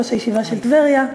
ראש הישיבה של טבריה,